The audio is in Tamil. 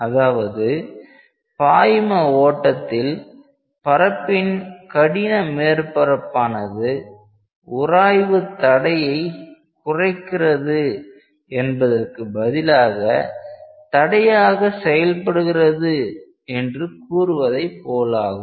அதாவது பாய்ம ஓட்டத்தில் பரப்பின் கடின மேற்பரப்பானது உராய்வு தடையை குறைகிறது என்பதற்கு பதிலாக தடையாக செயல்படுகிறது என்று கூறுவதைப் போல் ஆகும்